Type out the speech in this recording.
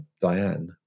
diane